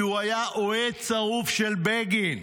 כי הוא היה אוהד שרוף של בגין,